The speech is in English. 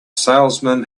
salesman